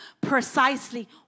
precisely